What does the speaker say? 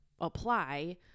apply